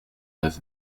neuf